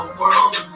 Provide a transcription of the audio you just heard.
world